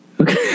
Okay